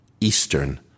eastern